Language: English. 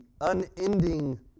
unending